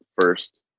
first